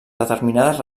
determinades